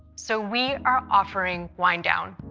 so we are offering wind down.